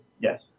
yes